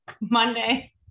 Monday